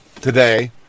today